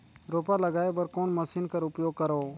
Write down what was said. रोपा लगाय बर कोन मशीन कर उपयोग करव?